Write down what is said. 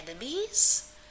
enemies